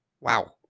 Wow